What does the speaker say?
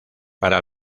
para